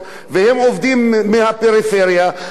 הרי הצפונים לא ילכו לעבודת בניין,